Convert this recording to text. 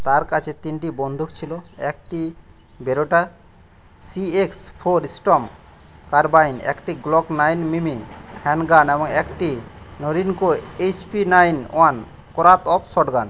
তার কাছে তিনটি বন্দুক ছিল একটি Beretta CX four Storm carbine একটি গ্লক নাইন মিমি হ্যান্ড গান এবং একটি নোরিনকো এইচপি নাইন ওয়ান করাত অফ শটগান